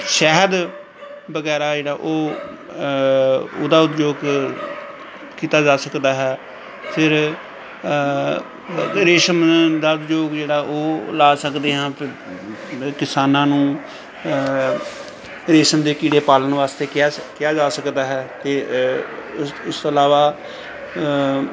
ਸ਼ਹਿਦ ਵਗੈਰਾ ਜਿਹੜਾ ਉਹ ਉਹਦਾ ਉਦਯੋਗ ਕੀਤਾ ਜਾ ਸਕਦਾ ਹੈ ਫਿਰ ਰੇਸ਼ਮ ਦਾ ਉਦਯੋਗ ਜਿਹੜਾ ਉਹ ਲਾ ਸਕਦੇ ਹਾਂ ਫਿਰ ਕਿਸਾਨਾਂ ਨੂੰ ਰੇਸ਼ਮ ਦੇ ਕੀੜੇ ਪਾਲਣ ਵਾਸਤੇ ਕਿਹਾ ਸੀ ਕਿਹਾ ਜਾ ਸਕਦਾ ਹੈ ਅਤੇ ਇਸ ਇਸ ਤੋਂ ਇਲਾਵਾ